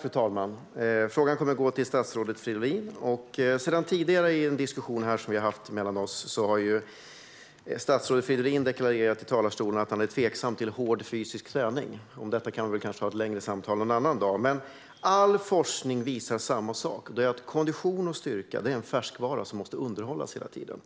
Fru talman! Frågan går till statsrådet Fridolin. I en tidigare diskussion som vi har haft här har statsrådet Fridolin deklarerat i talarstolen att han är tveksam till hård fysisk träning. Om detta kan vi kanske ha ett längre samtal någon annan dag, men all forskning visar samma sak, nämligen att kondition och styrka är en färskvara som måste underhållas hela tiden.